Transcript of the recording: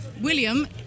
William